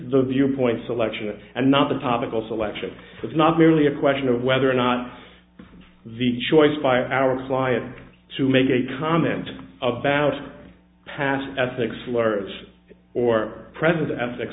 the viewpoint selection and not the topical selection it's not merely a question of whether or not the choice by our client to make a comment about past ethnic slurs or present